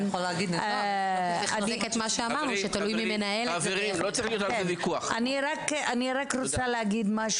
אני רק רוצה להגיד,